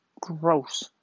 gross